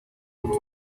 und